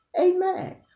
Amen